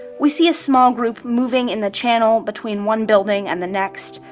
we see a small group moving in the channel between one building and the next,